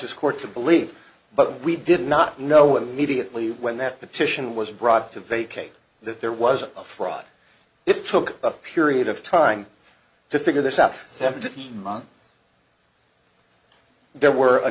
this court to believe but we did not know what mediately when that petition was brought to vacate that there was a fraud it took a period of time to figure this out seventeen months there were a